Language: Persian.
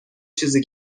چیزی